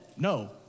No